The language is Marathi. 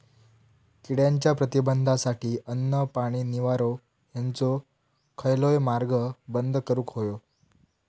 किड्यांच्या प्रतिबंधासाठी अन्न, पाणी, निवारो हेंचो खयलोय मार्ग बंद करुक होयो